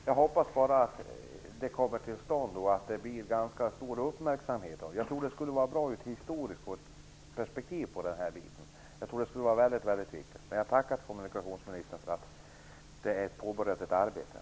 Fru talman! Jag hoppas bara att det kommer till stånd och att det blir stor uppmärksamhet omkring det. Jag tror att det vore bra att få ett historiskt perspektiv på detta. Jag tackar kommunikationsministern för att man påbörjat arbetet.